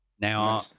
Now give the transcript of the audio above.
Now